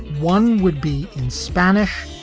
one would be in spanish,